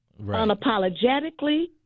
unapologetically